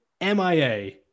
MIA